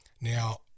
now